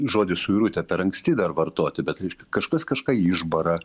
žodį suirutė per anksti dar vartoti bet reiškia kažkas kažką išbara